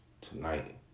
tonight